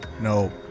No